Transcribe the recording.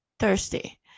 thirsty